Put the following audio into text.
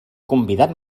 convidat